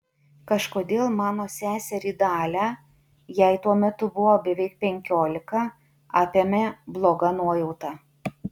kažkodėl mano seserį dalią jai tuo metu buvo beveik penkiolika apėmė bloga nuojauta